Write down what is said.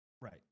right